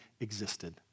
existed